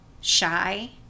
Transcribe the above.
shy